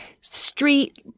street